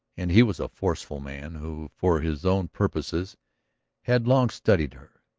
and he was a forceful man who for his own purposes had long studied her.